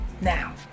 now